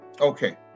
Okay